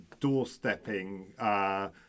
doorstepping